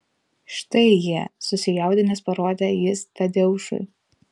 štai jie susijaudinęs parodė jis tadeušui